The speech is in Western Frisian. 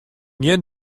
gjin